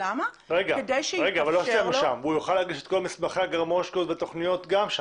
הוא יוכל להגיש את כל מסמכי הגרמושקות והתוכניות גם שם.